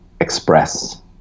express